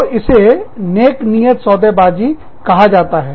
तो इसे नेकनियत सौदेबाजी सौदाकारी कहा जाता है